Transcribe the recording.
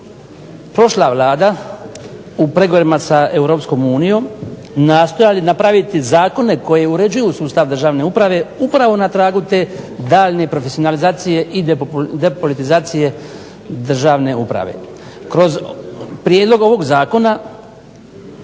prošla Vlada u pregovorima sa Europskom unijom nastojali napraviti zakone koji uređuju sustav državne uprave upravo na tragu te daljnje profesionalizacije i depolitizacije državne uprave. Kroz prijedlog ovog zakona